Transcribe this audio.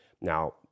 Now